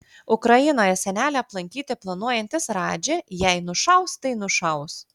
ukrainoje senelį aplankyti planuojantis radži jei nušaus tai nušaus